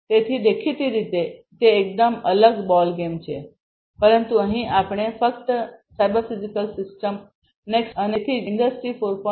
તેથી દેખીતી રીતે તે એકદમ અલગ બોલગેમ છે પરંતુ અહીં આપણે ફક્ત સીપીએસ નેક્સ્ટ જનરેશન સેન્સર્સ અને તેથી જ ઇન્ડસ્ટ્રી 4